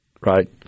right